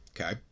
Okay